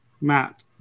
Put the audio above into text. Matt